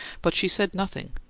but she said nothing,